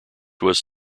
was